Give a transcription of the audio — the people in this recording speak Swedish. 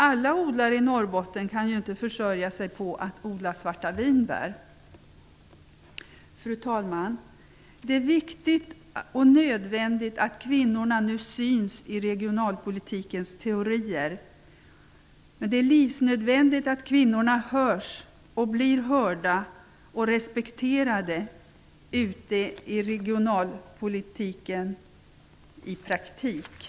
Alla odlare i Norrbotten kan ju inte försörja sig på att odla svarta vinbär. Fru talman! Det är viktigt och nödvändigt att kvinnorna nu syns i regionalpolitikens teorier. Det är livsnödvändigt att kvinnorna hörs och blir respekterade i regionalpolitiken i praktiken.